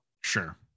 Sure